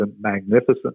magnificent